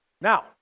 Now